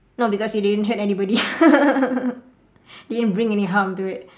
no because it didn't hurt anybody didn't bring any harm to it